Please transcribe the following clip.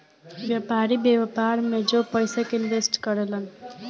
व्यापारी, व्यापार में जो पयिसा के इनवेस्ट करे लन